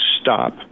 stop